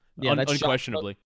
unquestionably